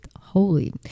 holy